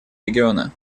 региона